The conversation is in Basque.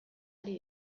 ari